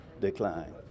decline